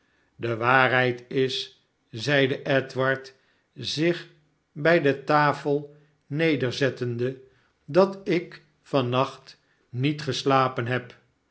de waarheid is zeide edward zich bij de tafel nederzettende dat ik van nacht niet geslapen heb